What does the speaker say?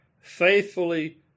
faithfully